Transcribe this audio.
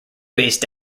based